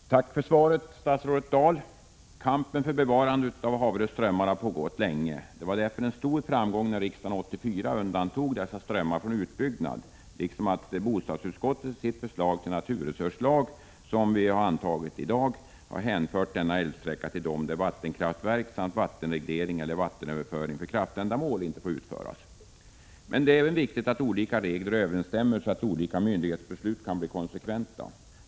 Herr talman! Tack för svaret, statsrådet Dahl! Kampen för bevarande av Haverö strömmar har pågått länge. Det var därför en stor framgång att riksdagen 1984 undantog dessa strömmar från utbyggnad liksom att bostadsutskottet i sitt förslag till naturresurslag, som vi i dag antagit, har hänfört denna älvsträcka till dem där vattenkraftverk samt vattenreglering eller vattenöverföring för kraftändamål inte får utföras. Det är även viktigt att olika regler överensstämmer så att myndighetsbesluten blir konsekventa.